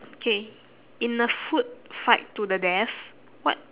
okay in a food fight to the death what